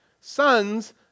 sons